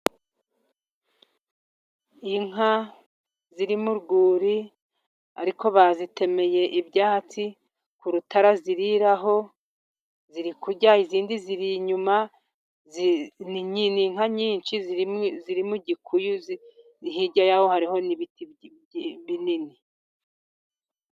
Inka ziri mu rwuri ariko bazitemeye ibyatsi ku rutara ziriraho, ziri kurya, izindi ziri inyuma. Ni inka nyinshi zirimo iziri mu gikuyu ,hirya yaho hariho n'ibiti binini.